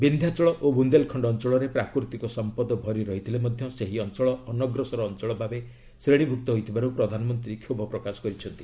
ବିନ୍ଧ୍ୟାଞ୍ଚଳ ଓ ବୁନ୍ଦେଲ୍ଖଣ୍ଡ ଅଞ୍ଚଳରେ ପ୍ରାକୃତିକ ସମ୍ପଦ ଭରି ରହିଥିଲେ ମଧ୍ୟ ସେହି ଅଞ୍ଚଳ ଅନଗ୍ରସର ଅଞ୍ଚଳ ଭାବେ ଶ୍ରେଣୀଭୁକ୍ତ ହୋଇଥିବାରୁ ପ୍ରଧାନମନ୍ତ୍ରୀ କ୍ଷୋଭ ପ୍ରକାଶ କରିଛନ୍ତି